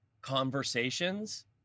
conversations